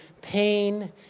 pain